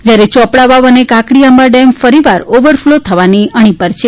જ્યારે યોપડા વાવ અને Kakdiamba dam ફરીવાર ઓવરફ્લો થવાની અણી ઉપર છે